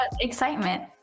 excitement